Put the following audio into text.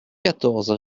quatorze